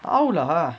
how lah